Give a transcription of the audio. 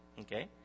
Okay